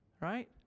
right